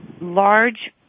large